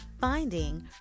finding